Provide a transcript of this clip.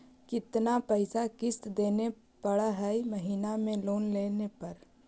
कितना पैसा किस्त देने पड़ है महीना में लोन लेने पर?